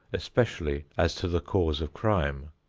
especially as to the cause of crime.